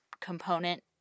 component